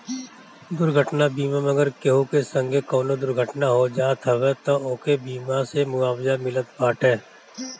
दुर्घटना बीमा मे अगर केहू के संगे कवनो दुर्घटना हो जात हवे तअ ओके बीमा से मुआवजा मिलत बाटे